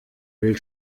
will